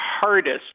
hardest